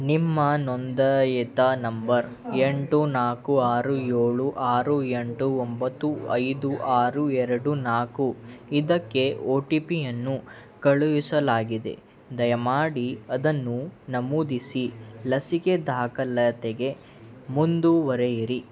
ನಿಮ್ಮ ನೊಂದಾಯಿತ ನಂಬರ್ ಎಂಟು ನಾಲ್ಕು ಆರು ಏಳು ಆರು ಎಂಟು ಒಂಬತ್ತು ಐದು ಆರು ಎರಡು ನಾಲ್ಕು ಇದಕ್ಕೆ ಓ ಟಿ ಪಿಯನ್ನು ಕಳುಹಿಸಲಾಗಿದೆ ದಯಮಾಡಿ ಅದನ್ನು ನಮೂದಿಸಿ ಲಸಿಕೆ ದಾಖಲಾತಿಗೆ ಮುಂದುವರೆಯಿರಿ